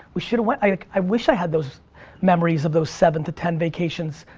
we should've went, i i wish i had those memories of those seven to ten vacations.